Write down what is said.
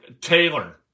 Taylor